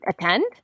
attend